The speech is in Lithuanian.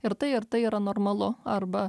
ir tai ir tai yra normalu arba